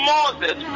Moses